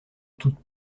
toutes